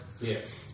Yes